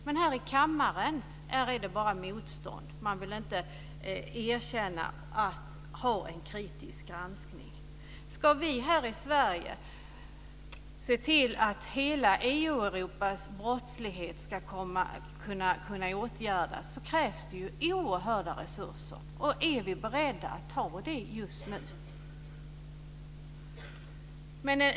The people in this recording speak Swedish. Men här i kammaren är det bara motstånd. Man vill inte erkänna en kritisk granskning. Ska vi här i Sverige se till att hela EU:s brottslighet ska kunna åtgärdas krävs det oerhörda resurser. Är vi beredda att ta det just nu?